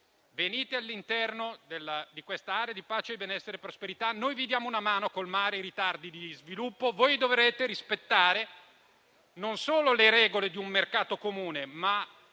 venite all'interno di quest'area di pace, benessere e prosperità; noi vi daremo una mano a colmare i ritardi di sviluppo e voi dovrete rispettare non solo le regole di un mercato comune, ma